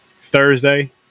Thursday